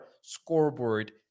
scoreboard